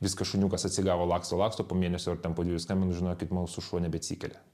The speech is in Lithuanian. viskas šuniukas atsigavo laksto laksto po mėnesio ar ten po dviejų skambinu žinokit mūsų šuo nebeatsikelia